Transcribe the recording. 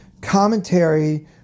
commentary